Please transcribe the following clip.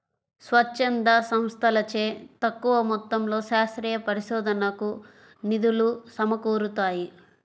స్వచ్ఛంద సంస్థలచే తక్కువ మొత్తంలో శాస్త్రీయ పరిశోధనకు నిధులు సమకూరుతాయి